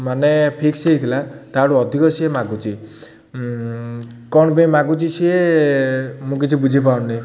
ମାନେ ଫିକ୍ସ ହେଇଥିଲା ତାଠୁ ଅଧିକ ସିଏ ମାଗୁଛି କ'ଣ ପାଇଁ ମାଗୁଛି ସିଏ ମୁଁ କିଛି ବୁଝିପାରୁନି